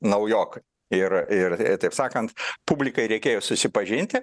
naujokai ir ir taip sakant publikai reikėjo susipažinti